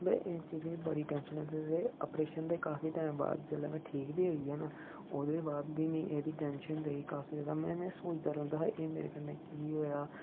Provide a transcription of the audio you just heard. में एह् चीज़ बड़ी टैंशन अप्रेशन दे काफी टैम बाद जेल्लै में ठीक बी होई गेआ ओह्दे बाद बी मि एह्दी टैंशन रेही काफी में सोचदा रौंह्दा हा कि एह् मेरे कन्नै की होएआ